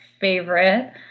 favorite